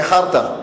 איחרת.